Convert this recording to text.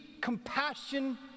compassion